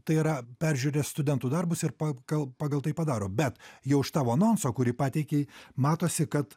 tai yra peržiūri studentų darbus ir pagal pagal tai padaro bet jau iš tavo anonso kurį pateikei matosi kad